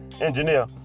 engineer